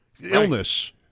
Illness